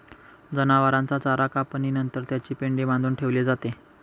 जनावरांचा चारा कापणी नंतर त्याची पेंढी बांधून ठेवली जाते